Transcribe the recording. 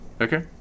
Okay